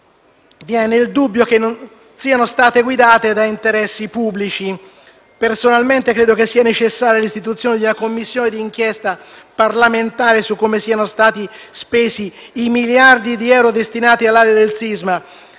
scellerate non siano state guidate da interessi pubblici; personalmente credo che sia necessaria l'istituzione di una Commissione di inchiesta parlamentare per verificare come siano stati spesi i miliardi di euro destinati all'area del sisma,